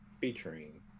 featuring